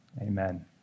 Amen